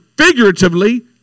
Figuratively